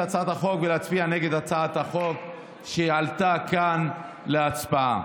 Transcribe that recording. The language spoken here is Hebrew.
הצעת החוק ולהצביע נגד הצעת החוק שעלתה כאן להצבעה.